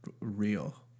real